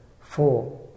four